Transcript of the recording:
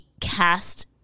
cast